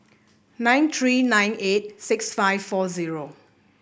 nine three nine eight six five four zero